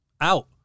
out